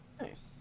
Nice